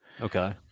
Okay